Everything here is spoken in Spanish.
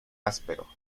áspero